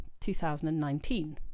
2019